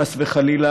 חס וחלילה,